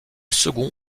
second